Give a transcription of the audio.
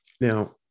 Now